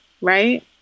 right